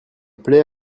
plait